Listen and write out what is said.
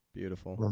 beautiful